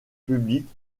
public